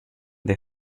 they